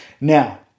Now